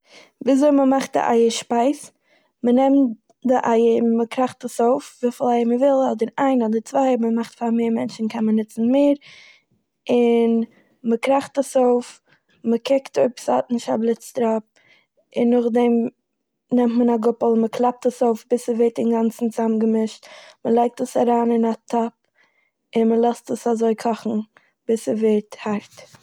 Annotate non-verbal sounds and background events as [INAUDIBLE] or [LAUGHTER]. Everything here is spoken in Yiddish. וויזוי מ'מאכט א אייער שפייז. מ'נעמט די אייער און מ'קראכט עס אויף וויפיל אייער מ'וויל, אדער איין אדער צוויי, אויב מ'מאכט פאר מער מענטשן קען מען נוצן מער, און מ'קראכט עס אויף, מ'קוקט אויב ס'האט נישט א בליץ טראפ, און נאכדעם נעמט מען א גאפל און מ'קלאפט עס אויף ביז ס'ווערט אינגאנצן צאמגעמישט, [NOISE] מ'לייגט עס אריין אין א טאפ, און מ'לאזט עס אזוי קאכן ביז ס'ווערט הארט.